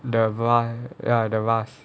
the [one] ya the vast